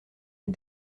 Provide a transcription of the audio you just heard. une